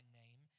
name